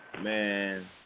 Man